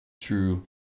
true